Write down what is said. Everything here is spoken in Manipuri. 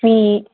ꯃꯤ